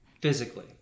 Physically